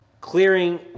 clearing